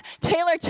Taylor